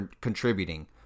contributing